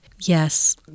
yes